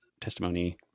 testimony